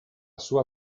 sua